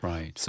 Right